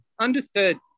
Understood